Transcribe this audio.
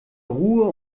ruhe